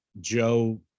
joe